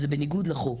בניגוד לחוק,